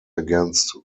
against